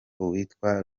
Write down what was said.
uwitwa